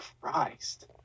Christ